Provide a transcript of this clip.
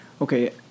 Okay